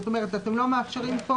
זאת אומרת אתם לא מאפשרים פה